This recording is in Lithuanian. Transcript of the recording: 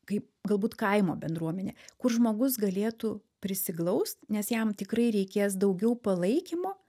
kaip galbūt kaimo bendruomenė kur žmogus galėtų prisiglaust nes jam tikrai reikės daugiau palaikymo